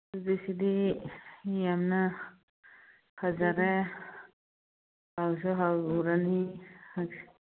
ꯑꯗꯨꯗꯤ ꯁꯤꯗꯤ ꯌꯥꯝꯅ ꯐꯖꯔꯦ ꯍꯥꯎꯁꯨ ꯍꯥꯎꯔꯅꯤ